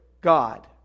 God